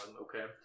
okay